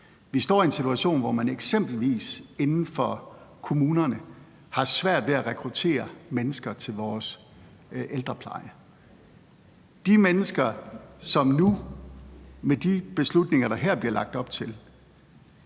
Vi står i en situation, hvor man eksempelvis inden for kommunerne har svært ved at rekruttere mennesker til vores ældrepleje. De mennesker kan nu – med de beslutninger, der her bliver lagt op til